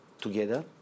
together